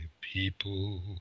people